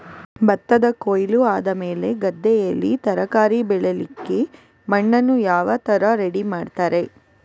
ಭತ್ತದ ಕೊಯ್ಲು ಆದಮೇಲೆ ಗದ್ದೆಯಲ್ಲಿ ತರಕಾರಿ ಬೆಳಿಲಿಕ್ಕೆ ಮಣ್ಣನ್ನು ಯಾವ ತರ ರೆಡಿ ಮಾಡ್ತಾರೆ?